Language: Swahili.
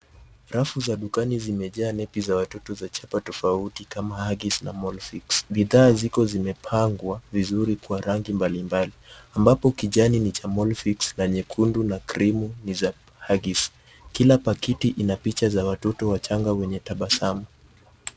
Rafu za dukani zimejaa nappy za watoto za chapa tofauti kama Huggies na Molfix. Bidhaa ziko zimepangwa vizuri kwa rangi mbalimbali ambacho kijani ni cha Molfix na nyekundu na krimu ni za Huggies. Kila pakiti ina picha za watoto wachanga ya watoto wenye tabasamu.